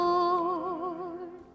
Lord